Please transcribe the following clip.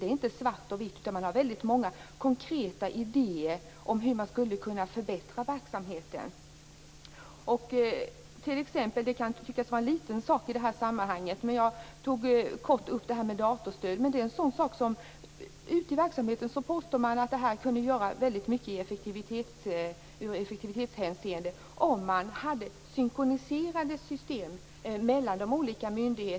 Det är inte svart och vitt. Man har väldigt många konkreta idéer om hur man skulle kunna förbättra verksamheten. Det kan tyckas vara en liten sak i det här sammanhanget, men jag tog kort upp detta med datastöd. Ute i verksamheten påstår man att det kunde göra väldigt mycket ur effektivitetshänseende om man hade synkroniserade system mellan de olika myndigheterna.